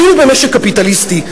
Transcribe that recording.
אפילו במשק קפיטליסטי,